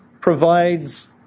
provides